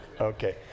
Okay